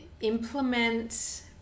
implement